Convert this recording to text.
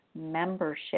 membership